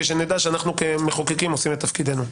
שנדע שכמחוקקים אנו עושים את תפקידנו.